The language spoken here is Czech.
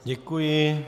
Děkuji.